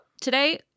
today